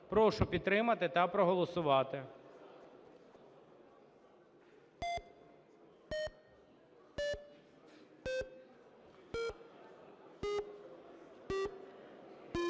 Прошу підтримати та проголосувати.